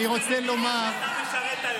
במדינה דמוקרטית לא צריך חוק כזה בכלל.